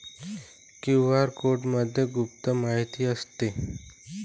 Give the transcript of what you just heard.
QR कोडमध्ये गुप्त माहिती असते